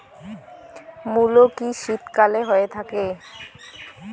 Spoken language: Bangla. মূলো কি শীতকালে হয়ে থাকে?